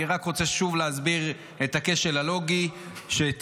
אני רק רוצה שוב להסביר את הכשל הלוגי שתיארתי.